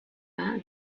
war